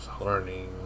learning